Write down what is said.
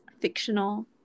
fictional